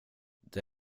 det